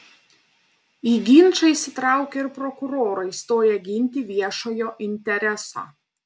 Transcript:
į ginčą įsitraukė ir prokurorai stoję ginti viešojo intereso